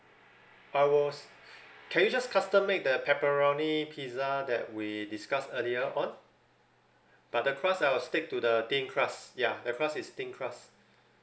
I was can you just custom make the pepperoni pizza that we discussed earlier on but the crust I'll stick to the thin crust ya the crust is thin crust